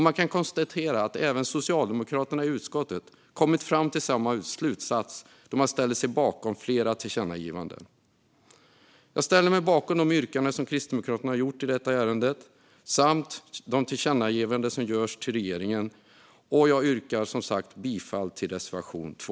Man kan konstatera att även socialdemokraterna i utskottet kommit till samma slutsats då man ställer sig bakom flera tillkännagivanden. Jag ställer mig bakom de yrkanden som Kristdemokraterna har gjort i detta ärende samt de tillkännagivanden som riktas till regeringen, men jag yrkar som sagt bifall endast till reservation 2.